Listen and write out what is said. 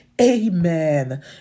Amen